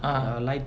uh